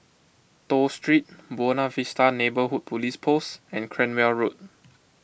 Toh Street Buona Vista Neighbourhood Police Post and Cranwell Road